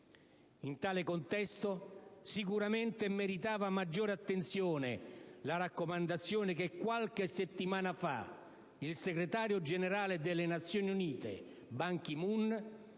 In tale contesto, sicuramente avrebbe meritato maggiore attenzione la raccomandazione che qualche settimana fa il segretario generale delle Nazioni Unite, Ban Ki-Moon,